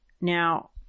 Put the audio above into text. Now